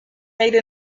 made